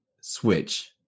switch